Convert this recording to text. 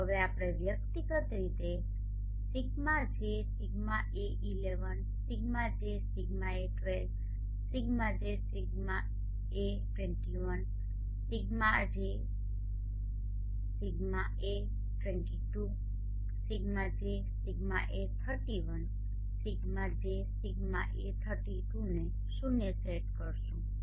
તો હવે આપણે વ્યક્તિગત રીતે δjδa11 δjδa12 δjδa21 δj δa22 δjδa31 δjδa32 ને શૂન્ય સેટ કરીશું